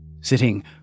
Sitting